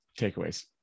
takeaways